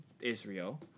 Israel